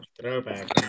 Throwback